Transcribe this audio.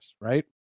Right